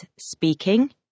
speaking